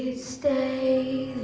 stay